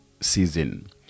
season